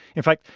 in fact,